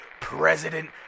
president